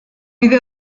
bide